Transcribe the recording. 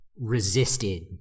resisted